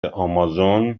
آمازون